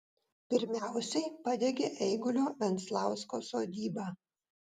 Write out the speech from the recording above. pirmiausiai padegė eigulio venslausko sodybą